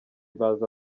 baza